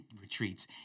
retreats